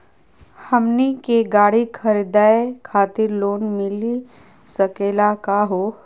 हमनी के गाड़ी खरीदै खातिर लोन मिली सकली का हो?